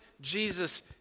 Jesus